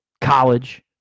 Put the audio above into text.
college